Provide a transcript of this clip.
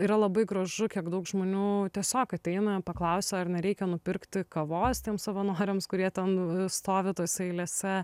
yra labai gražu kiek daug žmonių tiesiog ateina paklausia ar nereikia nupirkti kavos tiem savanoriams kurie ten stovi tose eilėse